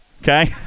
okay